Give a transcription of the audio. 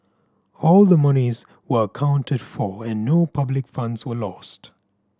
all the monies were accounted for and no public funds were lost